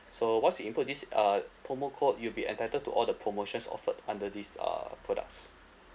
so once you input this uh promo code you'll be entitled to all the promotions offered under these uh products